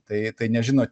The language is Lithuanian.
tai tai nežino